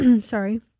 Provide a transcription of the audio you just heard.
Sorry